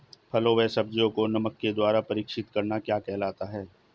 फलों व सब्जियों को नमक के द्वारा परीक्षित करना क्या कहलाता है?